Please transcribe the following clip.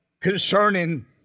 concerning